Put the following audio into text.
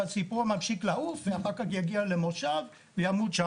אבל הציפור ממשיכה לעוף ותגיע למושב אחר שם היא תמות.